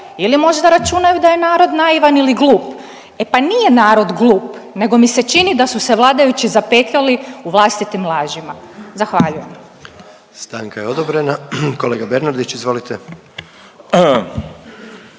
ili možda računaju da je narod naivan ili glup. E pa nije narod glup nego mi se čini da su se vladajući zapetljali u vlastitim lažima, zahvaljujem. **Jandroković, Gordan (HDZ)** Stanka je odobrena. Kolega Bernardić izvolite.